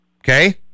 Okay